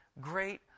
great